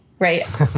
Right